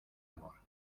amor